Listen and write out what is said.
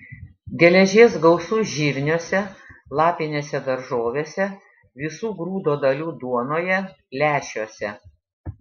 geležies gausu žirniuose lapinėse daržovėse visų grūdo dalių duonoje lęšiuose